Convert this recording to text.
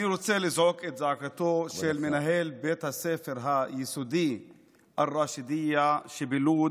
אני רוצה לזעוק את זעקתו של מנהל בית הספר היסודי אל ראשידיה שבלוד,